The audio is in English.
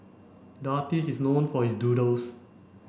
the artist is known for his doodles